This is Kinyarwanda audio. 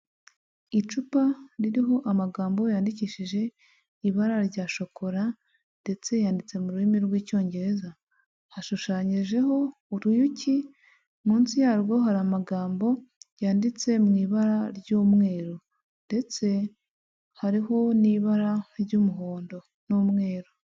Icupa ririho amagambo yandikishije ibara rya shokora ndetse yanditse mu rurimi rw'icyongereza, hashushanyijeho uruyuki, munsi yarwo hari amagambo yanditse mu ibara ry'umweru ndetse hariho n'ibara ry'umuhondo n'umweru.